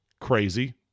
crazy